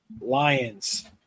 Lions